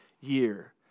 year